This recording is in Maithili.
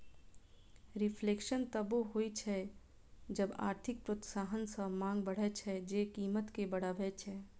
रिफ्लेशन तबो होइ छै जब आर्थिक प्रोत्साहन सं मांग बढ़ै छै, जे कीमत कें बढ़बै छै